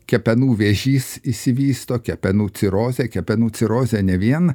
kepenų vėžys išsivysto kepenų cirozė kepenų cirozė ne vien